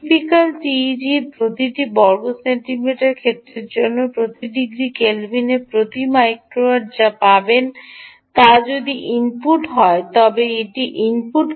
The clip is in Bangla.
টিপিক্যাল টিইজি র প্রতিটি বর্গ সেন্টিমিটার ক্ষেত্রের জন্য প্রতি ডিগ্রি কেলভিনে প্রতি মাইক্রোওয়াট যা পাবেন তা যদি ইনপুট হয় তবে এটি ইনপুট